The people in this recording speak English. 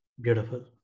Beautiful